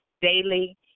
daily